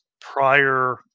prior